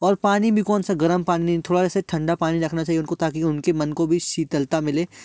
और पानी भी कौन सा गर्म पानी थोड़ा से ठंडा पानी रखना चाहिए उनको ताकि उनकी मन को भी शीतलता मिले